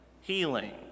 healing